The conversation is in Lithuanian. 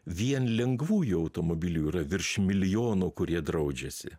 vien lengvųjų automobilių yra virš milijono kurie draudžiasi